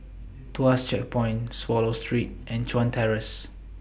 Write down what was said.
Tuas Checkpoint Swallow Street and Chuan Terrace